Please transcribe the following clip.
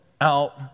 out